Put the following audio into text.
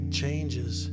changes